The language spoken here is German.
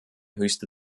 höchste